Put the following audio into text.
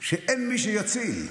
ואין מי שיציל,